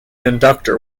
inductor